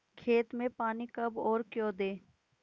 खेत में पानी कब और क्यों दें?